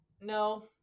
no